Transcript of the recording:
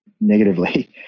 negatively